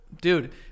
dude